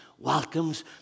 Welcomes